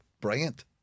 Brilliant